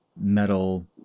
metal